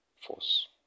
force